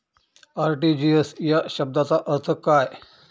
RTGS या शब्दाचा अर्थ काय?